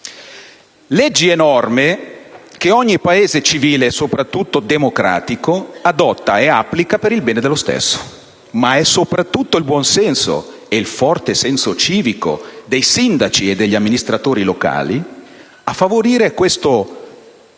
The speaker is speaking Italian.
leggi e norme che ogni Paese civile, soprattutto democratico, adotta e applica per il suo stesso bene. Ma sono soprattutto il buonsenso e il forte senso civico dei sindaci e degli amministratori locali a favorire quello